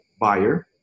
buyer